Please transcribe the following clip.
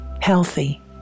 healthy